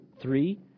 three